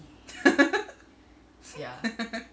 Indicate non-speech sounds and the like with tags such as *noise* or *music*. *laughs*